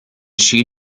she